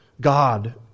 God